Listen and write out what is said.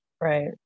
right